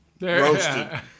Roasted